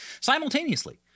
simultaneously